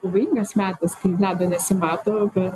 pavojingas metas ledo nesimato bet